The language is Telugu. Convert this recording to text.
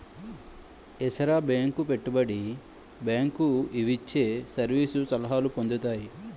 ఏసార బేంకు పెట్టుబడి బేంకు ఇవిచ్చే సర్వీసు సలహాలు పొందుతాయి